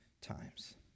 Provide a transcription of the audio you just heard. times